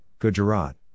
Gujarat